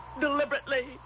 deliberately